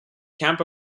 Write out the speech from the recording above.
camp